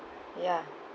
ya